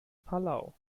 palau